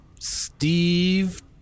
Steve